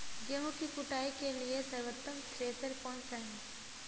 गेहूँ की कुटाई के लिए सर्वोत्तम थ्रेसर कौनसा है?